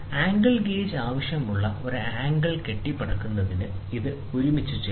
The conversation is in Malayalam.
ആംഗിൾ ഗേജ് ആവശ്യമുള്ള ഒരു ആംഗിൾ കെട്ടിപ്പടുക്കുന്നതിന് ഇത് ഒരുമിച്ച് ചേർക്കാം